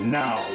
now